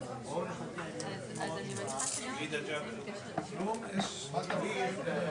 זו לא שאלה של - ״איך אנחנו נתמודד עם